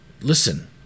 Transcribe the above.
listen